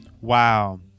Wow